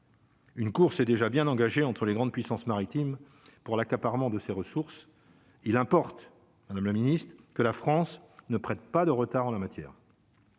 Une course est déjà bien engagée entre les grandes puissances maritimes pour l'accaparement de ces ressources, il importe madame le Ministre que la France ne prenne pas de retard en la matière.